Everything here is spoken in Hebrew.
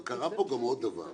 קרה פה עוד דבר,